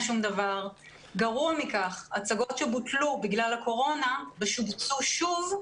גרוע מכך, הצגות שבוטלו בגלל הקורונה ושובצו שוב,